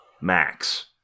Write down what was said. Max